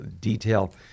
detail